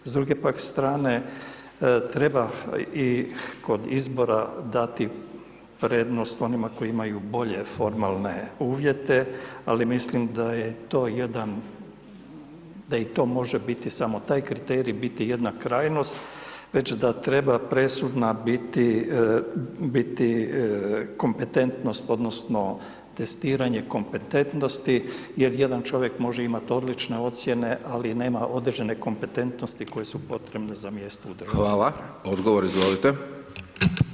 S druge pak strane treba i kod izbora dati prednost onima koji imaju bolje formalne uvjete, ali mislim da je to jedan, da i to može biti samo taj kriterij, biti jedna krajnost već da treba presudna biti kompetentnost odnosno testiranje kompetentnosti jer jedan čovjek može imat odlične ocjene ali nema određene kompetentnosti koje su potrebne za mjesto u državnoj upravi.